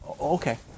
Okay